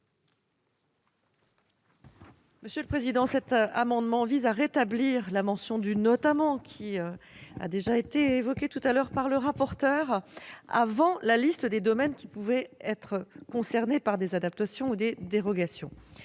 Mme la ministre. Cet amendement vise à rétablir la mention du « notamment », précédemment évoquée par le rapporteur, avant la liste des domaines qui pouvaient être concernés par des adaptations ou des dérogations.